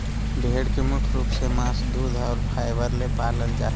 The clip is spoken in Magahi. भेड़ मुख्य रूप से मांस दूध और फाइबर ले पालल जा हइ